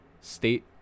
state